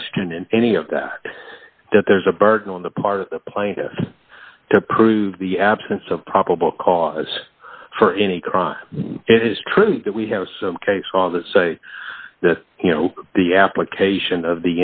in in any of that that there's a burden on the part of the plaintiffs to prove the absence of probable cause for any crime it is true that we have some case on that say that you know the application of